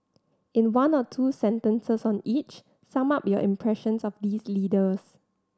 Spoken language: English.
in one or two sentences on each sum up your impressions of these leaders